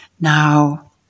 now